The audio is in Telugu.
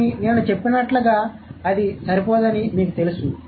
కానీ నేను చెప్పినట్లుగా అది సరిపోదని మీకు తెలుసు